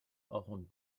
ahorn